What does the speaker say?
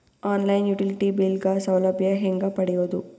On line utility bill ಗ ಸೌಲಭ್ಯ ಹೇಂಗ ಪಡೆಯೋದು?